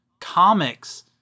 comics